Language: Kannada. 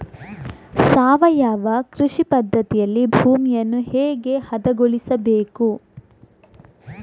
ಸಾವಯವ ಕೃಷಿ ಪದ್ಧತಿಯಲ್ಲಿ ಭೂಮಿಯನ್ನು ಹೇಗೆ ಹದಗೊಳಿಸಬೇಕು?